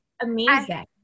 amazing